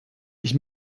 ich